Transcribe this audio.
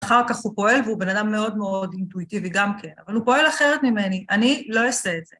‫אחר כך הוא פועל והוא בן אדם ‫מאוד מאוד אינטואיטיבי, גם כן. ‫אבל הוא פועל אחרת ממני, ‫אני לא אעשה את זה.